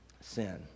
sin